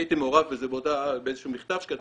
אני הייתי מעורב בזה באיזה שהוא מכתב שכתבתי,